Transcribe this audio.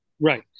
Right